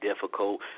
difficult